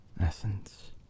essence